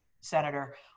Senator